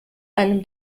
einem